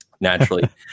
naturally